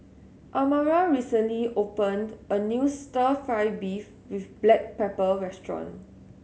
Amara recently opened a new Stir Fry beef with black pepper restaurant